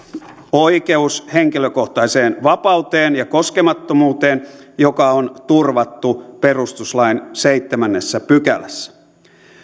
oikeus henkilökohtaiseen vapauteen ja koskemattomuuteen joka on turvattu perustuslain seitsemännessä pykälässä